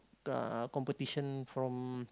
ah competition from